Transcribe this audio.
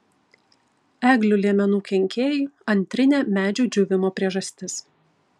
eglių liemenų kenkėjai antrinė medžių džiūvimo priežastis